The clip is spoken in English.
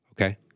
okay